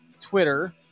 Twitter